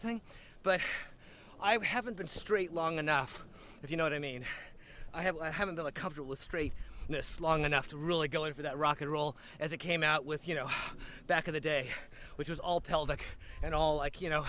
thing but i haven't been straight long enough if you know what i mean i haven't i haven't done a cover with straight this long enough to really go in for that rock n roll as it came out with you know back in the day which was all pelvic and all like you know